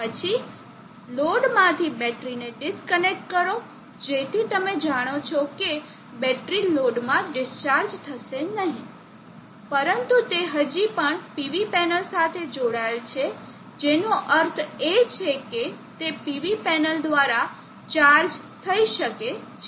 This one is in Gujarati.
પછી લોડમાંથી બેટરીને ડિસ્કનેક્ટ કરો જેથી તમે જાણો છો કે બેટરી લોડમાં ડિસ્ચાર્જ થશે નહીં પરંતુ તે હજી પણ PV પેનલ સાથે જોડાયેલ છે જેનો અર્થ છે કે તે PV પેનલ દ્વારા ચાર્જ થઇ શકે છે